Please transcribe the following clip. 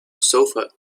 sofa